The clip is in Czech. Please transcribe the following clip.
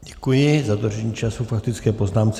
Děkuji za dodržení času k faktické poznámce.